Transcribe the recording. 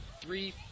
three